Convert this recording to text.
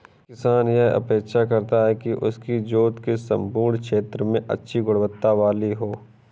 किसान यह अपेक्षा करता है कि उसकी जोत के सम्पूर्ण क्षेत्र में अच्छी गुणवत्ता वाली हो